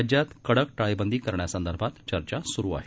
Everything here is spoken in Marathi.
राज्यात कडक टाळेबंदी करण्यासंदर्भात चर्चा सुरु आहे